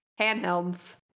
handhelds